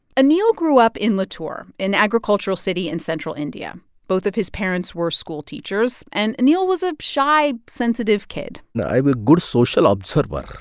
ah grew up in latur, an agricultural city in central india. both of his parents were schoolteachers, and anil was a shy, sensitive kid i'm a good social observer.